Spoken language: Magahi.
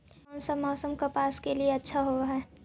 कोन सा मोसम कपास के डालीय अच्छा होबहय?